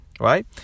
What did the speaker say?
Right